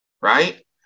Right